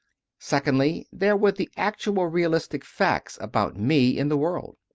secondly, there were the actual realistic facts about me in the world.